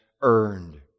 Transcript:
earned